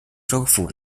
州府